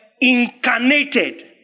incarnated